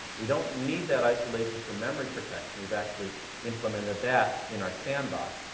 we don't need that isolation for memory protection. we've actually implemented that in our sandbox.